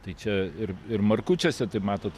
tai čia ir ir markučiuose tai matot